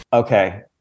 Okay